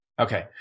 Okay